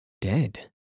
Dead